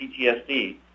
PTSD